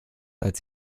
als